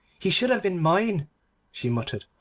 he should have been mine she muttered,